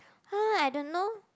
[huh] I don't know